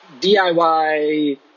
DIY